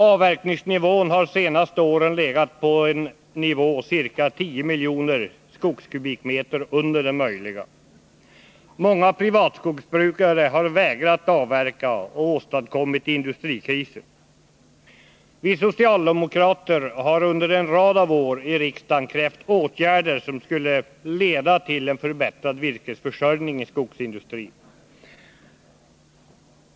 Avverkningsnivån har de senaste åren legat på en nivå på ca 10 miljoner skogskubikmeter under den möjliga. Många privatskogsbrukare har vägrat avverka och åstadkommit industrikriser. Vi socialdemokrater har under en rad av år i riksdagen krävt åtgärder som skulle leda till en förbättrad virkesförsörjning i skogsindustrin.